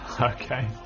Okay